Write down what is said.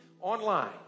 online